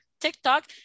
TikTok